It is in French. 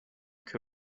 que